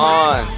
on